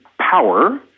power